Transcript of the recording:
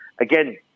again